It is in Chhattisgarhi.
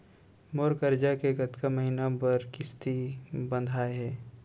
मोर करजा के कतका महीना बर किस्ती बंधाये हे?